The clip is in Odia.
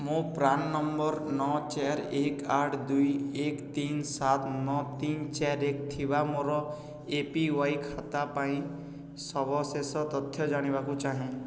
ମୁଁ ପ୍ରାନ୍ ନମ୍ବର ନଅ ଚାରି ଏକ ଆଠ ଦୁଇ ଏକ ତିନି ସାତ ନଅ ତିନି ଚାରି ଏକ ଥିବା ମୋର ଏ ପି ୱାଇ ଖାତା ପାଇଁ ସବିଶେଷ ତଥ୍ୟ ଜାଣିବାକୁ ଚାହେଁ